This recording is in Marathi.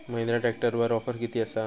महिंद्रा ट्रॅकटरवर ऑफर किती आसा?